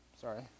sorry